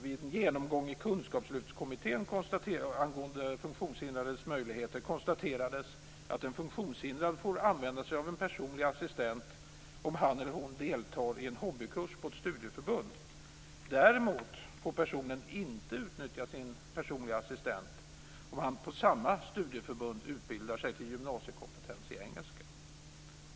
Vid en genomgång i kunskapslyftskommittén angående funktionshindrades möjligheter konstaterades att en funktionshindrad får använda sig av en personlig assistent om han eller hon deltar i en hobbykurs på ett studieförbund. Däremot får personen inte utnyttja sin personliga assistent om han eller hon på samma studieförbund utbildar sig för gymnasiekompetens i engelska.